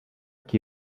que